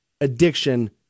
addiction